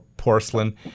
porcelain